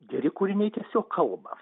geri kūriniai tiesiog kalba